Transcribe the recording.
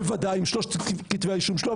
בוודאי אם שלושת כתבי האישום שלו,